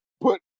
put